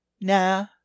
Nah